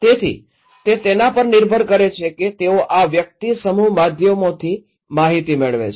તેથી તે તેના પર નિર્ભર કરે છે કે તેઓ આ વ્યક્તિ સમૂહ માધ્યમોથી માહિતી મેળવે છે